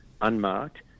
unmarked